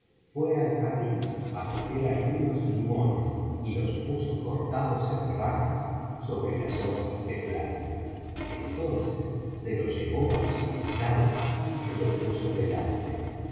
fué al jardín á coger algunos limones y los puso cortados en rajas sobre las hojas de plátano entonces se lo llevó á los invitados y se lo puso delante